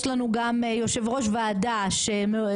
יש לנו גם יושב ראש ועדה שמעוניינים